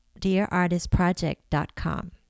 dearartistproject.com